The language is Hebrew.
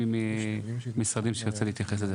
אשמח אם יש משרדים שרוצים להתייחס לכך.